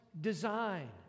design